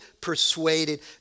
persuaded